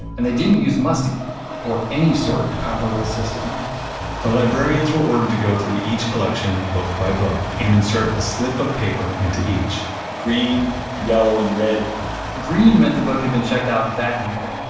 and they didn't use musty or any sort of comparable system the librarians were ordered to go through each collection, book by book, and insert a slip of paper and to each green, yellow and red green meant the book had been checked out that year.